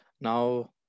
now